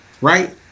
right